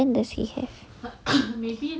what plan does he have